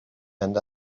and